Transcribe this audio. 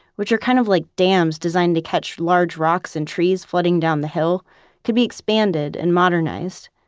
which are kind of like dams designed to catch large rocks and trees flooding down the hill could be expanded and modernized.